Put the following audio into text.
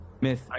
Miss